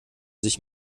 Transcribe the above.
sich